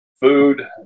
food